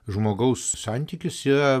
žmogaus santykis yra